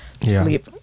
sleep